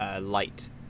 light